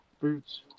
Boots